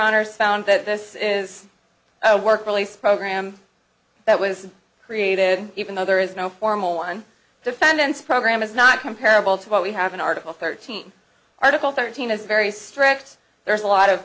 honour's found that this is a work release program that was created even though there is no formal one defendant's program is not comparable to what we have an article thirteen article thirteen is very strict there's a lot of